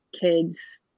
kids